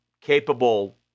capable